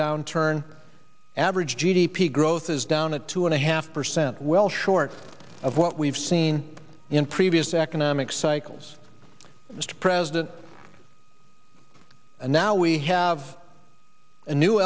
downturn average g d p growth is down a two and a half percent well short of what we've seen in previous economic cycles mr president and now we have a new